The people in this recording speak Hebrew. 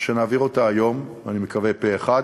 שנעביר בה את ההצעה היום, אני מקווה פה-אחד,